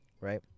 right